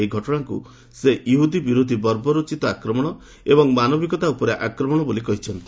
ଏହି ଘଟଣାକୁ ସେ ଇହୁଦୀ ବିରୋଧୀ ବର୍ବରୋଚିତ ଆକ୍ରମଣ ଏବଂ ମାନବିକତା ଉପରେ ଆକ୍ରମଣ ବୋଲି କହିଚ୍ଛନ୍ତି